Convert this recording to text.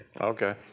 Okay